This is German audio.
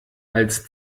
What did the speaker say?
als